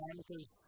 because-